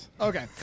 Okay